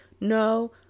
No